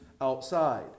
outside